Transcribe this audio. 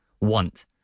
want